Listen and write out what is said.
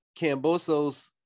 Cambosos